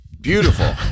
Beautiful